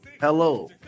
hello